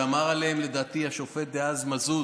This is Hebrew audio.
שאמר עליהם, לדעתי, השופט דאז מזוז